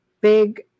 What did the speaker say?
big